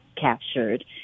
captured